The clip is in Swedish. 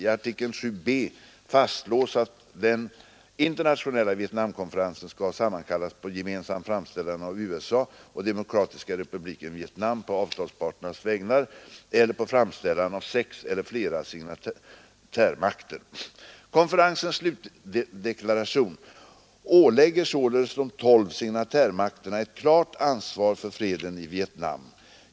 I artikel 7 b fastslås att den internationella Vietnamkonferensen skall sammankallas på gemensam framställan av USA och Demokratiska republiken Vietnam på avtalsparternas vägnar eller på framställan av sex eller flera signatärmakter. Konferensens slutdeklaration ålägger således de tolv signatärmakterna ett klart ansvar för freden i Vietnam.